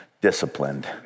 disciplined